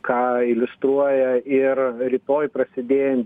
ką iliustruoja ir rytoj prasidėjan